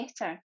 better